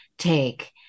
take